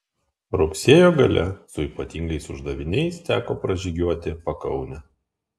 rugsėjo gale su ypatingais uždaviniais teko pražygiuoti pakaunę